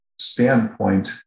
Standpoint